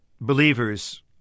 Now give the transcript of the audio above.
believers